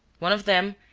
one of them,